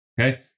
Okay